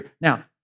Now